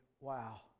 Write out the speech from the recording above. wow